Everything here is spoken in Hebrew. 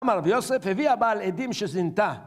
אמר רב יוסף הביא הבעל עדים שזינתה